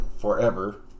forever